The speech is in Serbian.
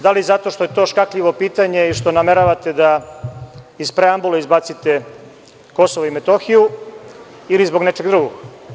Da li zato što je to škakljivo pitanje i što nameravate da iz preambule izbacite Kosovo i Metohiju ili zbog nečeg drugog?